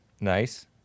Nice